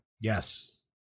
Yes